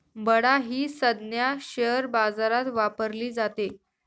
बडा ही संज्ञा शेअर बाजारात वापरली जाते